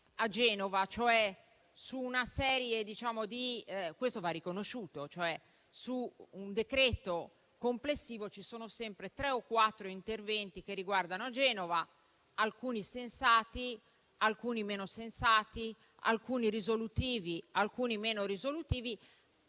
a Genova, e questo va riconosciuto: su un decreto complessivo, ci sono sempre tre o quattro interventi che riguardano Genova, alcuni sensati, alcuni meno sensati, alcuni risolutivi, alcuni meno risolutivi,